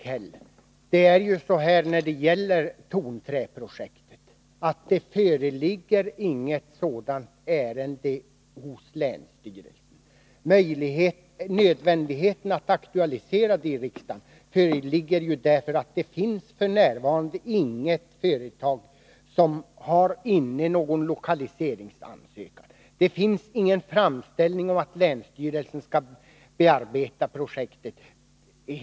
Herr talman! När det gäller tonträprojektet föreligger det inget sådant ärende hos länsstyrelsen. Det är nödvändigt att aktualisera projektet i riksdagen just därför att det f. n. inte finns något företag som har någon lokaliseringsansökan inne. Det finns ingen framställning om att länsstyrelsen skall bearbeta projektet.